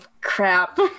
crap